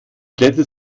glätte